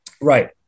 right